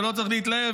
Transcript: אתה לא צריך להתלהב,